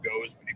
goes